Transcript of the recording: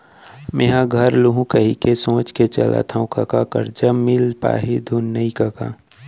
मेंहा घर लुहूं कहिके सोच के चलत हँव कका करजा मिल पाही धुन नइ कका